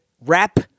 rap